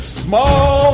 small